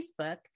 Facebook